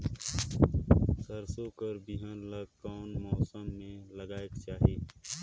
सरसो कर बिहान ला कोन मौसम मे लगायेक चाही?